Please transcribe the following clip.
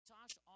Tosh